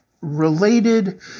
related